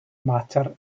matter